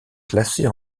classées